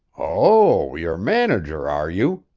oh, you're manager, are you!